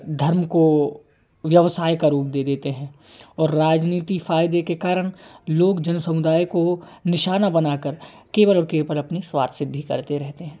धर्म को व्यवसाय का रूप दे देते हैं और राजनीति फ़ायदे के कारण लोग जन समुदाय को निशाना बना कर केवल और केवल अपनी स्वार्थसिद्धि करते रहते हैं